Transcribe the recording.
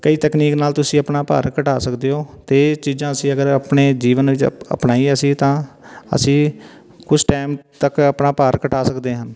ਕਈ ਤਕਨੀਕ ਨਾਲ ਤੁਸੀਂ ਆਪਣਾ ਭਾਰ ਘਟਾ ਸਕਦੇ ਹੋ ਅਤੇ ਇਹ ਚੀਜ਼ਾਂ ਅਸੀਂ ਅਗਰ ਆਪਣੇ ਜੀਵਨ ਵਿੱਚ ਅਪ ਅਪਣਾਈਏ ਅਸੀਂ ਤਾਂ ਅਸੀਂ ਕੁਛ ਟਾਈਮ ਤੱਕ ਆਪਣਾ ਭਾਰ ਘਟਾ ਸਕਦੇ ਹਨ